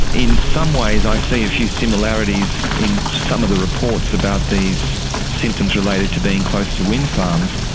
in some ways i see a few similarities in some of the reports about these symptoms related to being close to wind farms.